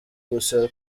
gusa